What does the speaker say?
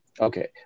Okay